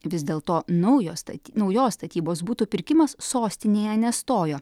vis dėl to naujo staty naujos statybos butų pirkimas sostinėje nestojo